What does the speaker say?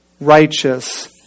righteous